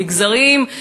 המגזריים,